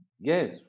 Yes